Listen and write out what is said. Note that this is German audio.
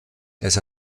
das